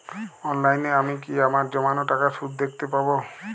অনলাইনে আমি কি আমার জমানো টাকার সুদ দেখতে পবো?